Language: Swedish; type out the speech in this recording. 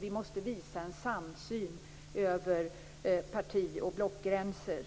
Vi måste visa en samsyn över parti och blockgränser.